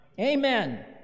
Amen